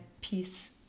peace